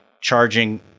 charging